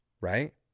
right